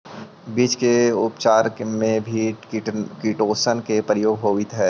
बीज के उपचार में भी किटोशन के प्रयोग होइत हई